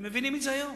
הם מבינים את זה היום.